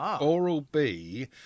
Oral-B